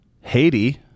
Haiti